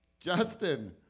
Justin